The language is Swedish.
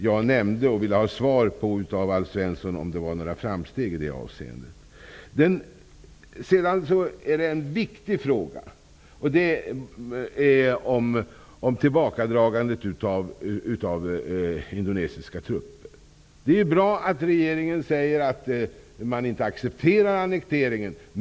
Jag vill ha svar av Alf Svensson på om det hade gjorts några framsteg i det avseendet. Tillbakadragandet av indonesiska trupper är en viktig fråga. Det är bra att regeringen säger att man inte accepterar annekteringen.